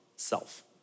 self